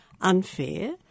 unfair